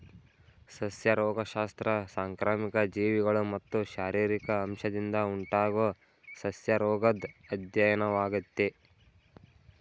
ಸಸ್ಯ ರೋಗಶಾಸ್ತ್ರ ಸಾಂಕ್ರಾಮಿಕ ಜೀವಿಗಳು ಮತ್ತು ಶಾರೀರಿಕ ಅಂಶದಿಂದ ಉಂಟಾಗೊ ಸಸ್ಯರೋಗದ್ ಅಧ್ಯಯನವಾಗಯ್ತೆ